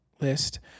list